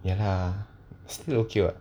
ya lah still okay [what]